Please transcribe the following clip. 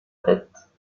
tête